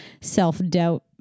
self-doubt